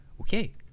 okay